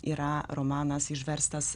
yra romanas išverstas